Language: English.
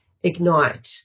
Ignite